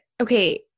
okay